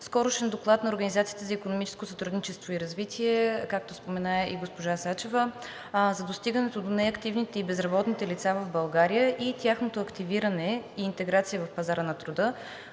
Скорошен доклад на Организацията за икономическо сътрудничество и развитие, както спомена и госпожа Сачева, за достигането до неактивните и безработните лица в България и тяхното активиране и интеграция в пазара на труда,